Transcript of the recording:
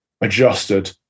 adjusted